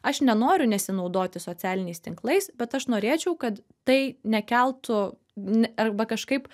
aš nenoriu nesinaudoti socialiniais tinklais bet aš norėčiau kad tai nekeltų ni arba kažkaip